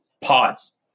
pods